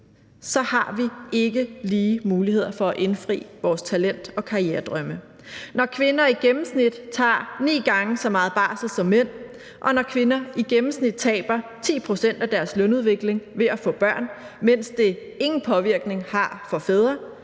så har vi ikke lige muligheder for at indfri vores talent og karrieredrømme. Når kvinder i gennemsnit tager ni gange så meget barsel som mænd, og når kvinder i gennemsnit taber 10 pct. af deres lønudvikling ved at få børn, mens det ingen påvirkning har for fædre,